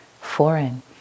foreign